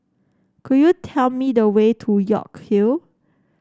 could you tell me the way to York Hill